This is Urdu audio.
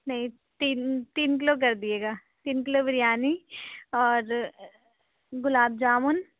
نہیں تین تین کلو کر دیجیے گا تین کلو بریانی اور گلاب جامن